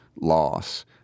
Loss